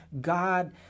God